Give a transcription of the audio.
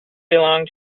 belong